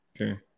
Okay